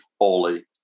holy